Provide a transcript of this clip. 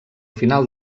final